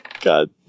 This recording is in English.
God